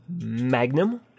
Magnum